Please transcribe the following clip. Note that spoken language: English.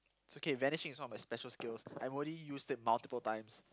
it's okay vanishing is one of my special skills I've already used it multiple times